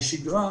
לשגרה,